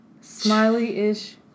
Smiley-ish